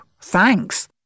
thanks